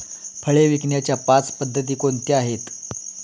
फळे विकण्याच्या पाच पद्धती कोणत्या आहेत?